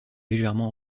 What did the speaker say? légèrement